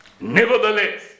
Nevertheless